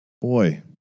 boy